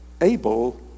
able